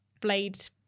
blade